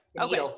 okay